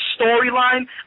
storyline